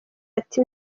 ati